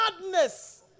madness